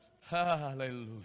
Hallelujah